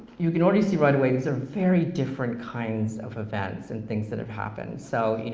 you can already see right away these are very different kinds of events and things that have happened, so